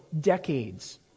decades